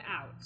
out